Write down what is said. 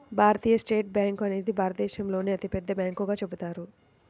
భారతీయ state bank అనేది భారతదేశంలోనే అతిపెద్ద బ్యాంకుగా చెబుతారు